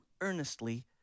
earnestly